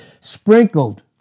sprinkled